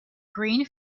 green